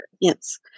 Yes